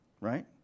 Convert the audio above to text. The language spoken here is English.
right